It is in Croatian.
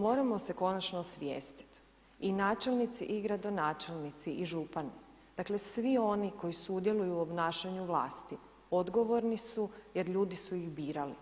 Moramo se konačno osvijestiti i načelnici i gradonačelnici i župani, dakle svi oni koji sudjeluju u obnašanju vlasti odgovorni su jer ljudi su ih birali